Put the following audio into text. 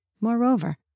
Moreover